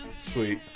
Sweet